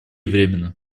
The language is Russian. временно